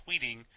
tweeting